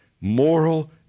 moral